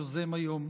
יוזם היום,